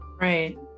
right